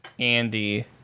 Andy